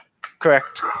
Correct